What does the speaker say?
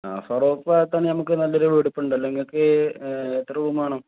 ആ ഫാറൂക്ക് ഭഗത്താണെങ്കിൽ നമുക്ക് നല്ലൊരു വീട് ഇപ്പം ഉണ്ടല്ലോ നിങ്ങൾക്ക് എത്ര റൂം വേണം